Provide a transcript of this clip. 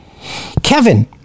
Kevin